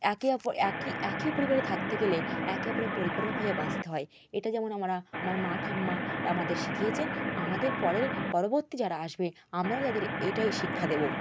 একে অপর একই একই পরিবারে থাকতে গেলে একে অপরের পরিপূরক হয়ে বাঁচতে হয় এটা যেমন আমরা আমার মা ঠাম্মা আমাদের শিখিয়েছেন আমাদের পরের পরবর্তী যারা আসবে আমরাও তাদের এইটাই শিক্ষা দেবো